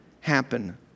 happen